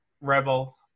rebel